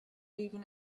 even